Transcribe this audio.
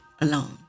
alone